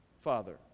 father